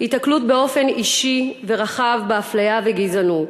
התקלות באופן אישי ורחב באפליה וגזענות,